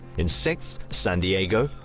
in sixth san diego,